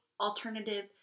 alternative